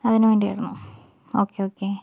അതിനു വേണ്ടിയായിരുന്നു okay okay